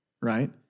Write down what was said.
right